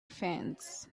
fence